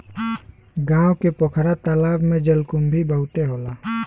गांव के पोखरा तालाब में जलकुंभी बहुते होला